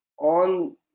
on